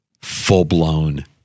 full-blown